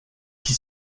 qui